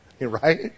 right